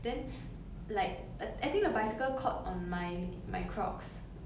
my slipper ya then after that it just slip off